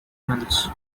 hills